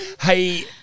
Hey